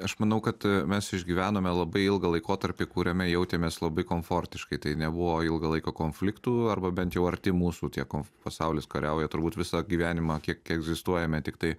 aš manau kad mes išgyvenome labai ilgą laikotarpį kuriame jautėmės labai komfortiškai tai nebuvo ilgą laiką konfliktų arba bent jau arti mūsų tie konf pasaulis kariauja turbūt visą gyvenimą kiek kie egzistuojame tiktai